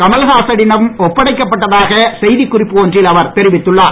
கமல்ஹாசனிடம் ஒப்படைக்கப்பட்டதாக செய்திக்குறிப்பு ஒன்றில் அவர் தெரிவித்துள்ளார்